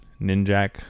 ninjack